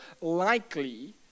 likely